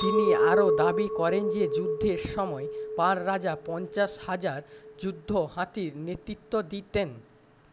তিনি আরও দাবি করেন যে যুদ্ধের সময় পাল রাজা পঞ্চাশ হাজার যুদ্ধ হাতির নেতৃত্ব দিতেন